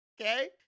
Okay